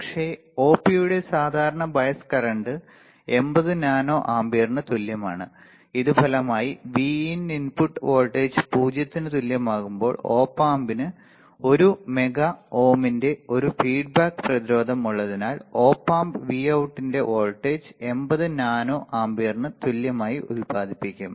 പക്ഷേ ഓപിയുടെ സാധാരണ ബയസ് കറന്റ 80 നാനോ ആമ്പിയർന് തുല്യമാണ് ഇത് ഫലമായി Vin ഇൻപുട്ട് വോൾട്ടേജ് 0 ന് തുല്യമാകുമ്പോൾ ഒപ് ആമ്പിന് 1 മെഗാ ഓമിന്റെ ഒരു ഫീഡ്ബാക്ക് പ്രതിരോധം ഉള്ളതിനാൽ ഒപ് ആമ്പ് Vout ന്റെ വോൾട്ടേജ് 80 നാനോ ആമ്പിയറിന് തുല്യമായി ഉത്പാദിപ്പിക്കും